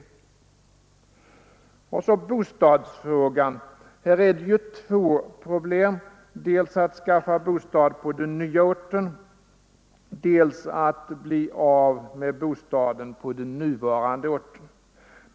När det gäller bostadsfrågan har man ju två problem, dels att skaffa bostad på den nya orten, dels att bli av med bostaden på den nuvarande orten.